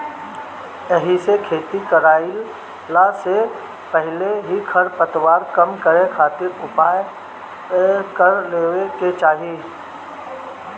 एहिसे खेती कईला से पहिले ही खरपतवार कम करे खातिर उपाय कर लेवे के चाही